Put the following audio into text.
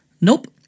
Nope